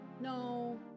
No